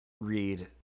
read